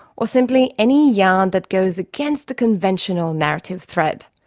or simply any yarn that goes against the conventional narrative thread.